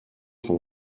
sont